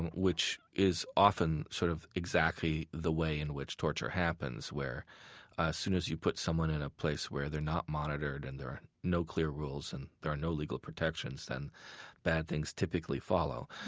and which is often sort of exactly the way in which torture happens, where as soon as you put someone in a place where they're not monitored and there are no clear rules and there are no legal protections, then bad things typically follow.